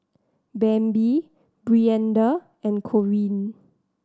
Bambi Brianda and Corine